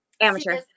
amateur